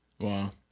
Wow